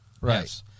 Right